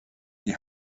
die